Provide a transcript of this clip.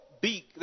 big